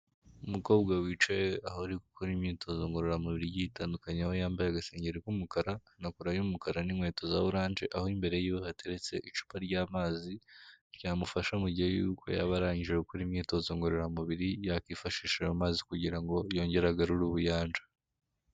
Umukobwa wicaye aho ari gukora imyitozo ngororamubiri igiye itandukanye aho yambaye agasengeri k'umukara na kora y'umukara n'inkweto za oranje, aho imbere yiwe hateretse icupa ry'amazi ryamufasha mu gihe yuko yaba arangije gukora imyitozo ngororamubiri, yakifashisha ayo mazi kugira ngo yongere agarure ubuyanja.